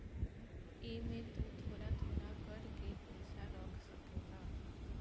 एमे तु थोड़ा थोड़ा कर के पईसा रख सकेल